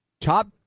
Top